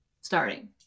starting